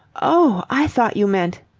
oh, i thought you meant.